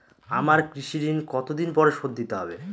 আমার কৃষিঋণ কতদিন পরে শোধ দিতে হবে?